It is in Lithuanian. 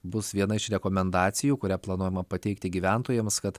bus viena iš rekomendacijų kurią planuojama pateikti gyventojams kad